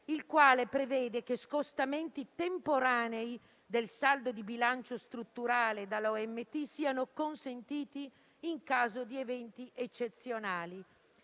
il quale prevede che scostamenti temporanei del saldo di bilancio strutturale dall'OMT siano consentiti in caso di eventi eccezionali,